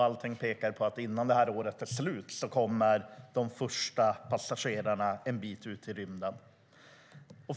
Allting pekar på att de första passagerarna kommer en bit ut i rymden innan det här året är slut.